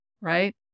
right